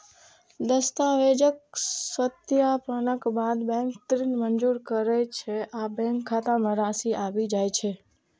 दस्तावेजक सत्यापनक बाद बैंक ऋण मंजूर करै छै आ बैंक खाता मे राशि आबि जाइ छै